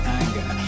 anger